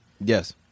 yes